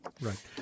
Right